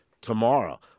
tomorrow